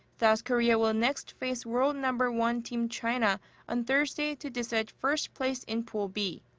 south korea will next face world number one team china on thursday to decide first place in pool b.